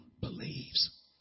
believes